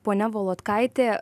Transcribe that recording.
ponia volodkaitė